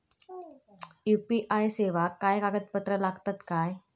UPI सेवाक काय कागदपत्र लागतत काय?